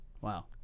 Wow